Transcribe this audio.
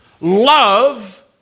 love